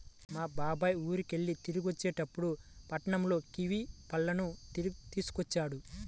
మా బాబాయ్ ఊరికెళ్ళి తిరిగొచ్చేటప్పుడు పట్నంలో కివీ పళ్ళను తీసుకొచ్చాడు